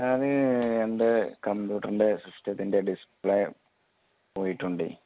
ഞാൻ എൻ്റെ കമ്പ്യൂട്ടറിൻ്റെ സിസ്റ്റത്തിൻ്റെ ഡിസ്പ്ലേ പോയിട്ടുണ്ട്